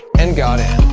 and goddamn